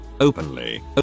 openly